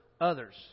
others